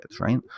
right